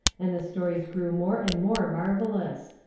and the stories grew more and more marvellous.